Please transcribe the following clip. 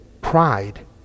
pride